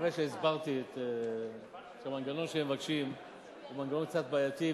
אני מקווה שהסברתי שהמנגנון שהם מבקשים הוא מנגנון קצת בעייתי,